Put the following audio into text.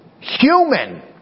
human